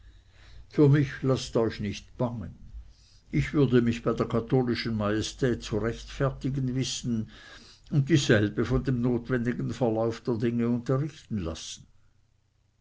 für mich laßt euch nicht bangen ich würde mich bei der katholischen majestät zu rechtfertigen wissen und dieselbe von dem notwendigen verlauf der dinge unterrichten lassen